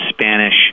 Spanish